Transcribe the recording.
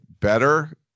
better